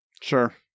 Sure